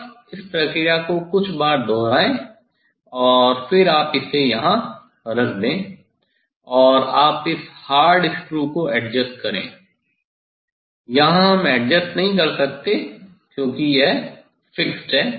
बस इस प्रक्रिया को कुछ बार दोहराए और फिर आप इसे यहां रख दें और आप इस हार्ड स्क्रू को एडजस्ट करें यहां हम एडजस्ट नहीं कर सकते क्योंकि यह फिक्स्ड है